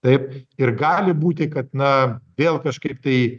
taip ir gali būti kad na vėl kažkaip tai